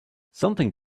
something